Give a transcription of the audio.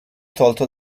tolto